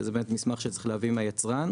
שזה באמת מסמך שצריך להביא מהיצרן,